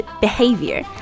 behavior